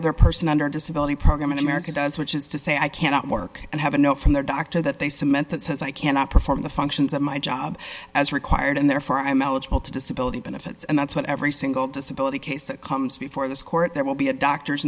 other person under disability program in america does which is to say i cannot work and have a note from their doctor that they cement that says i cannot perform the functions at my job as required and therefore i am eligible to disability benefits and that's what every single disability case that comes before this court there will be a doctor's